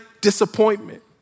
disappointment